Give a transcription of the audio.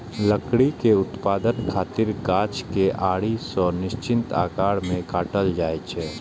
लकड़ी के उत्पादन खातिर गाछ कें आरी सं निश्चित आकार मे काटल जाइ छै